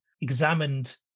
examined